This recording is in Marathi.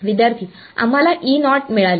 विद्यार्थीः आम्हाला ई नॉट मिळाले